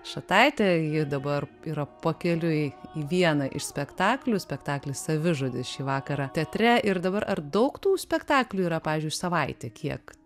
šataitė ji dabar yra pakeliui į vieną iš spektaklių spektaklis savižudis šį vakarą teatre ir dabar ar daug tų spektaklių yra pavyzdžiui į savaitę kiek